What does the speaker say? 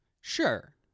Sure